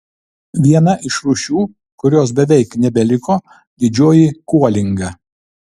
viena iš rūšių kurios beveik nebeliko didžioji kuolinga